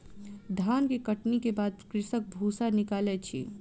धान के कटनी के बाद कृषक भूसा निकालै अछि